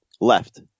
left